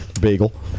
bagel